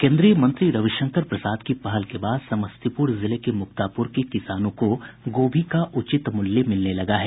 केन्द्रीय मंत्री रविशंकर प्रसाद की पहल के बाद समस्तीपूर जिले के मुक्तापूर के किसानों को गोभी का उचित मूल्य मिलने लगा है